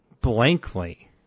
blankly